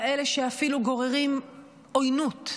כאלה שאפילו גוררים עוינות,